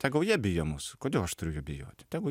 ta gauja bijo mūsų kodėl aš turiu jų bijoti tegu